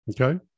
Okay